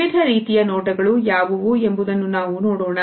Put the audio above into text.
ವಿವಿಧ ರೀತಿಯ ನೋಟಗಳು ಯಾವುವು ಎಂಬುದನ್ನು ನಾವು ನೋಡೋಣ